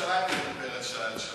אפשר תמיד לחלק את ירושלים,